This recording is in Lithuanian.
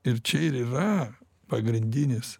ir čia ir yra pagrindinis